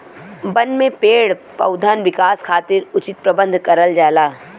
बन में पेड़ पउधन विकास खातिर उचित प्रबंध करल जाला